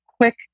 quick